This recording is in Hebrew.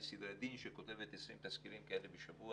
לסדרי דין שכותבת 20 תסקירים כאלה בשבוע